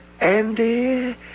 Andy